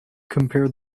compare